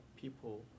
people